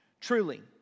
Truly